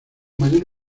mayor